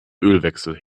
ölwechsel